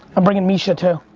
i'm bringing misha, too.